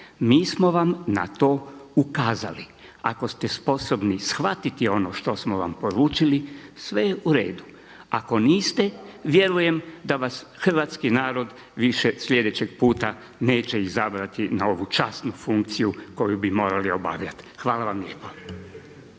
Mi smo vam na to ukazali. Ako ste sposobni shvatiti ono što smo vam poručili sve je u redu, ako niste vjerujem da vas hrvatski narod više slijedećeg puta neće izabrati na ovu časnu funkciju koju bi morali obavljati. Hvala vam lijepo.